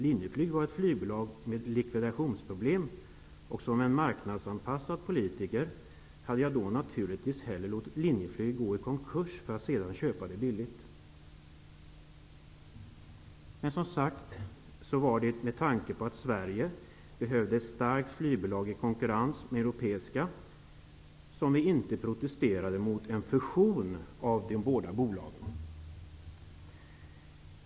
Linjeflyg var ett flygbolag med likviditetsproblem. Som en marknadsanpassad politiker hade jag då naturligtvis hellre låtit Linjeflyg gå i konkurs, för att sedan köpa det billigt. Men, som sagt, det var med tanke på att Sverige behövde ett starkt flygbolag i konkurrens med europeiska flygbolag som vi inte protesterade mot en fusion av de båda bolagen.